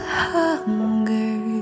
hunger